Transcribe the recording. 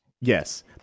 Yes